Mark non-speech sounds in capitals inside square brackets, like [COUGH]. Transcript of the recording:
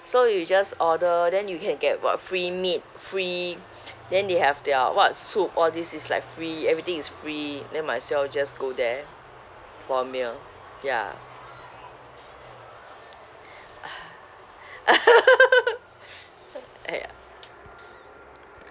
so you just order then you can get what free meat free [BREATH] then they have their what soup all this is like free everything is free then might as well just go there for a meal ya [NOISE] [LAUGHS] !aiya!